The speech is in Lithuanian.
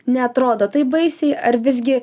neatrodo taip baisiai ar visgi